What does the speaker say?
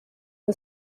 the